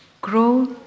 grow